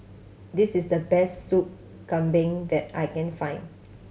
this is the best Sup Kambing that I can find